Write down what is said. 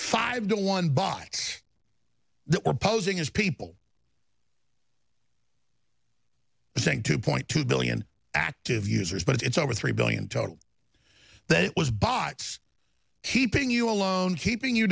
five to one bought they were posing as people saying two point two billion active users but it's over three billion total that was bots keeping you alone keeping you